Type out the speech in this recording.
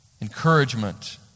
encouragement